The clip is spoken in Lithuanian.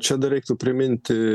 čia dar reiktų priminti